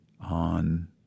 on